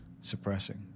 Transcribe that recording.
suppressing